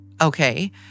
Okay